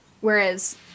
whereas